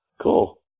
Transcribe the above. cool